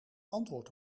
antwoord